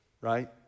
right